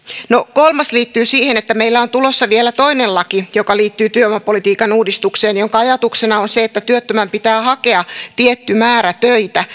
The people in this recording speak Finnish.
kolmas liittyy siihen että meillä on tulossa vielä toinen laki joka liittyy työvoimapolitiikan uudistukseen jonka ajatuksena on se että työttömän pitää hakea tietty määrä töitä